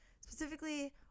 Specifically